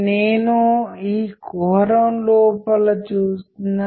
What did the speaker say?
నేను మీతో మాట్లాడుతున్నాను అనుకుందాం